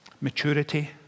Maturity